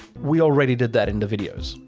we already did that in the videos.